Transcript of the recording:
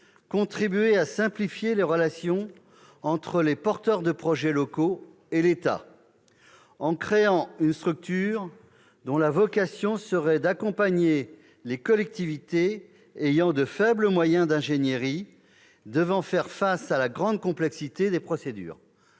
contribuer à simplifier les relations entre les porteurs de projets locaux et l'État », en créant une structure dont la vocation serait d'accompagner les collectivités ayant de faibles moyens d'ingénierie et devant faire face à la grande complexité des procédures.